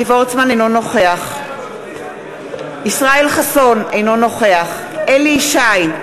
אינו נוכח ישראל חסון, אינו נוכח אליהו ישי,